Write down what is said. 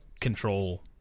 control